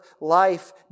life